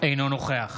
אינו נוכח